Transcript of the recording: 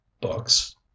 Books